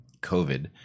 COVID